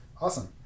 Awesome